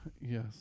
Yes